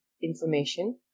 information